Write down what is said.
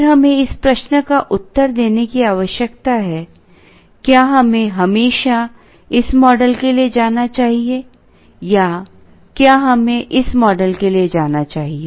फिर हमें इस प्रश्न का उत्तर देने की आवश्यकता है क्या हमें हमेशा इस मॉडल के लिए जाना चाहिए या क्या हमें इस मॉडल के लिए जाना चाहिए